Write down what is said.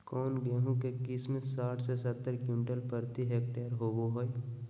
कौन गेंहू के किस्म साठ से सत्तर क्विंटल प्रति हेक्टेयर होबो हाय?